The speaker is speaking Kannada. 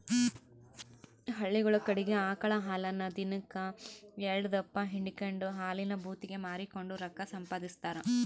ಹಳ್ಳಿಗುಳ ಕಡಿಗೆ ಆಕಳ ಹಾಲನ್ನ ದಿನಕ್ ಎಲ್ಡುದಪ್ಪ ಹಿಂಡಿಕೆಂಡು ಹಾಲಿನ ಭೂತಿಗೆ ಮಾರಿಕೆಂಡು ರೊಕ್ಕ ಸಂಪಾದಿಸ್ತಾರ